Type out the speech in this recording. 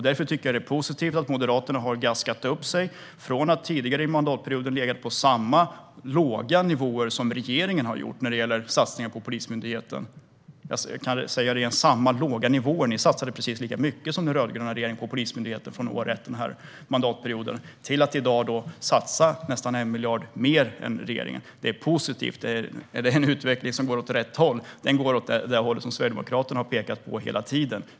Därför tycker jag att det är positivt att Moderaterna har gaskat upp sig från att tidigare under mandatperioden ha legat på samma låga nivåer som regeringen när det gäller satsningar på Polismyndigheten. Jag säger det igen: samma låga nivåer! Ni satsade precis lika mycket som den rödgröna regeringen gjorde på Polismyndigheten det första året under denna mandatperiod, men i dag satsar ni nästan 1 miljard mer än regeringen. Detta är positivt. Detta är en utveckling som går åt rätt håll - den går åt det håll som Sverigedemokraterna har pekat åt hela tiden.